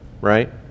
right